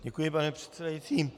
Děkuji, pane předsedající.